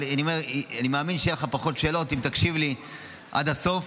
אבל אני מאמין שיהיו לך פחות שאלות אם תקשיב לי עד הסוף,